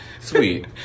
Sweet